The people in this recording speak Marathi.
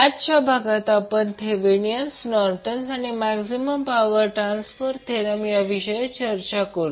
आजच्या भागात आपण थेवेनीण नॉर्टन थेरम आणि मैक्सिमम पावर ट्रान्सफर थेरम याविषयी चर्चा करू